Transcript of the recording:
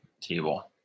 table